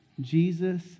Jesus